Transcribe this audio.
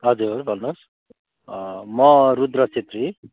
हजुर भन्नुहोस् म रुद्र छेत्री